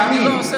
עם סמי?